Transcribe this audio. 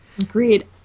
Agreed